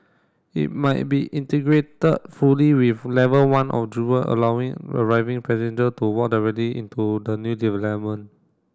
it might be integrated fully with level one of Jewel allowing arriving passenger to walk directly into the new development